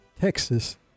Texas